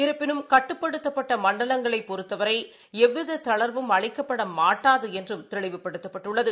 இருப்பினும் கட்டுப்படுத்தப்பட்டமண்டலங்களைப் பொறுத்தவரைஎவ்விததளா்வும் அளிக்கப்படமாட்டாதுஎன்றும் தெளிவுபடுத்தப்பட்டுள்ளது